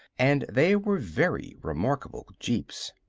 and they were very remarkable jeeps.